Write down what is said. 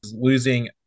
losing